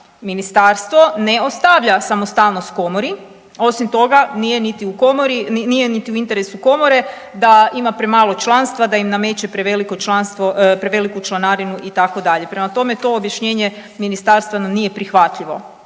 Ministarstvo ne ostavlja samostalnost komori, osim toga, nije niti u komori, nije niti u interesu komore da ima premalo članstva, da im nameće preveliko članstvo, preveliku članarinu, itd., prema tome, to objašnjenje Ministarstva nam nije prihvatljivo.